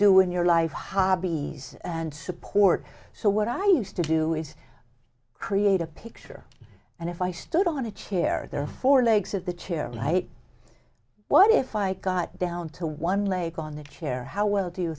do in your life hobbies and support so what i used to do is create a picture and if i stood on a chair there are four legs of the chair like what if i got down to one leg on that chair how well do you